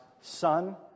Son